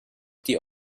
die